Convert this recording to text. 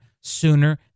sooner